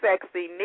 sexy